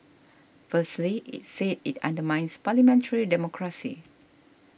firstly it said it undermines parliamentary democracy